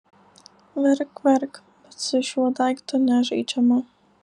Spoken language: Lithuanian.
verk verk bet su šiuo daiktu nežaidžiama